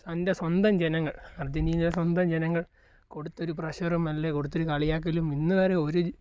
തൻ്റെ സ്വന്തം ജനങ്ങൾ അർജൻറ്റിനയുടെ സ്വന്തം ജനങ്ങൾ കൊടുത്തൊരു പ്രഷറും അല്ലേ കൊടുത്തൊരു കളിയാക്കലും ഇന്നു വരെ ഒരു